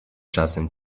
czasem